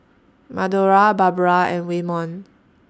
Madora Barbra and Waymon